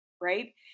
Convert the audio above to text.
right